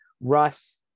Russ